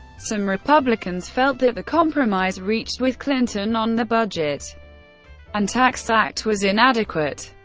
some republicans felt that the compromise reached with clinton on the budget and tax act was inadequate,